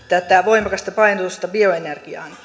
tätä voimakasta painotusta bioenergiaan